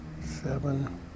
Seven